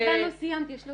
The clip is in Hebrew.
אני עדיין לא סיימתי.